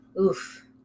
Oof